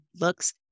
looks